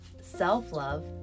self-love